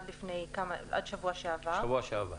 בשבוע שעבר.